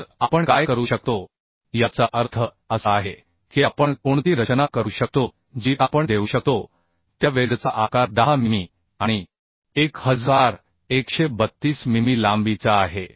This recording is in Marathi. तर आपण काय करू शकतो याचा अर्थ असा आहे की आपण कोणती रचना करू शकतो जी आपण देऊ शकतो त्या वेल्डचा आकार 10 मिमी आणि1132 मिमी लांबीचा आहे